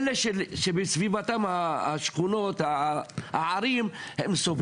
אלה שבסביבתם השכונות הערים הם סובלים